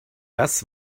das